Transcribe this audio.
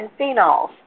phenols